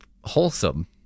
wholesome